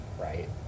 right